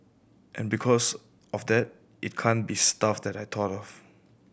and because of that it can't be stuff that I thought of